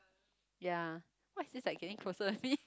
ya what is this like getting closer with me